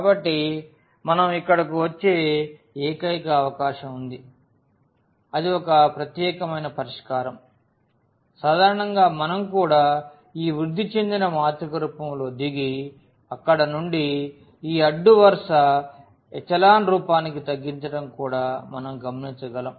కాబట్టి మనం ఇక్కడకు వచ్చే ఏకైక అవకాశం అది ఒక ప్రత్యేకమైన పరిష్కారం సాధారణంగా మనం కూడా ఈ వృద్ధి చెందిన మాత్రిక రూపంలో దిగి అక్కడ నుండి ఈ అడ్డు వరుస ఎచెలాన్ రూపానికి తగ్గించడం కూడా మనం గమనించగలం